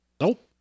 Nope